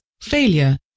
failure